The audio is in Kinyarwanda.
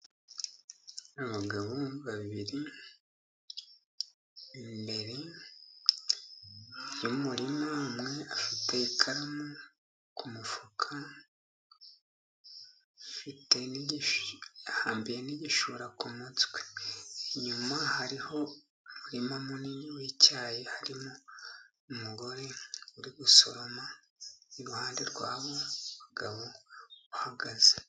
Abagabo babiri imbere yumurima. Umwe afite ikaramu k'umufuka ahabiriye n'igishora k'umutwe. Inyuma hariho umurima munini w'icyayi harimo umugore uri gusoroma iruhande rwabo bagabo bahagaze.